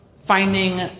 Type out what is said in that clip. finding